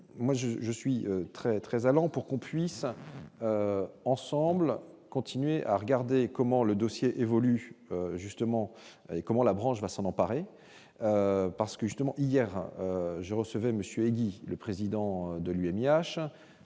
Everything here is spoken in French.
je, je suis très très allant, pour qu'on puisse ensemble continuer à regarder comment le dossier évolue justement comment la branche va s'en emparer parce que justement, hier je recevais Monsieur Eddy, le président de l'UMIH